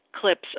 clips